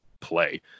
play